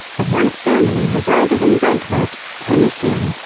the white family resided in brentwood, tennessee,